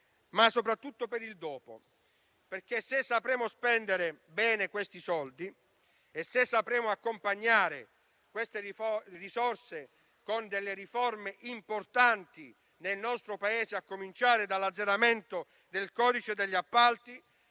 ma, soprattutto, per il dopo. Se, infatti, sapremo spendere bene questi soldi e accompagnare queste risorse con riforme importanti nel nostro Paese, a cominciare dall'azzeramento del codice degli appalti,